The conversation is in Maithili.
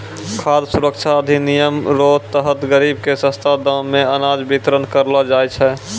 खाद सुरक्षा अधिनियम रो तहत गरीब के सस्ता दाम मे अनाज बितरण करलो जाय छै